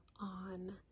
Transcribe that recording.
on